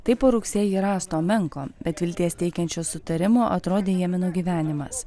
taip po rugsėjį rasto menko bet vilties teikiančio sutarimo atrodė jemeno gyvenimas